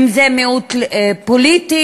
אם זה מיעוט פוליטי,